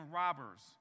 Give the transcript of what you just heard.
robbers